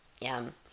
yum